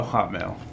Hotmail